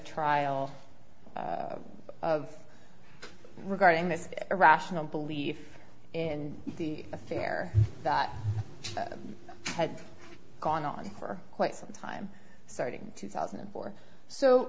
trial of regarding this irrational belief in the affair that had gone on for quite some time starting two thousand and four so